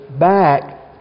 back